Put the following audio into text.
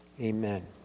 Amen